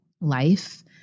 life